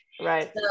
Right